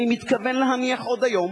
אני מתכוון להניח עוד היום